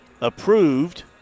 approved